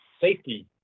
safety